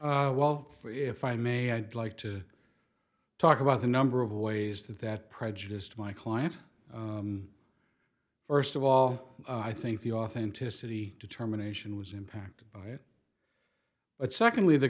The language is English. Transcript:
about well if i may i'd like to talk about the number of ways that that prejudiced my client first of all i think the authenticity determination was impacted by it but secondly the